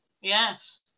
Yes